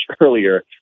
earlier